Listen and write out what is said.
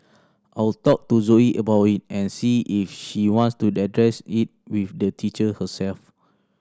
I'll talk to Zoe about it and see if she wants to address it with the teacher herself